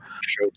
Show